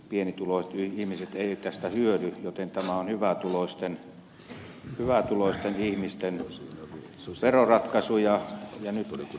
pienituloiset ihmiset eivät tästä hyödy joten tämä on hyvätuloisten ihmisten veroratkaisu